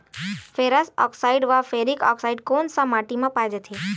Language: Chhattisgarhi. फेरस आकसाईड व फेरिक आकसाईड कोन सा माटी म पाय जाथे?